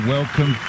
Welcome